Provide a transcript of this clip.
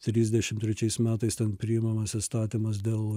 trisdešimt trečiais metais ten priimamas įstatymas dėl